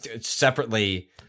separately